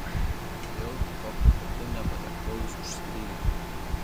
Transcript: kodėl tokiu būdu nepadėkojus už skrydį